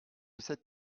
cette